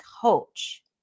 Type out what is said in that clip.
coach